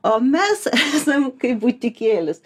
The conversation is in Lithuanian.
o mes esam kaip butikėlis